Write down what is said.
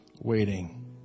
waiting